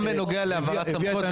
גם בנוגע להעברת סמכויות,